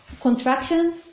contraction